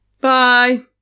bye